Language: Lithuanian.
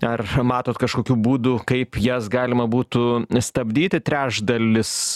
ar matot kažkokių būdų kaip jas galima būtų stabdyti trečdalis